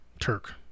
Turk